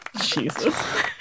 jesus